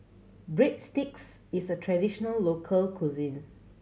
breadsticks is a traditional local cuisine